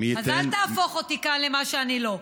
אז אל תהפוך אותי כאן למה שאני לא.